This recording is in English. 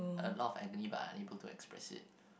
a lot of agony but are unable to express it